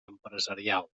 empresarials